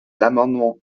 l’amendement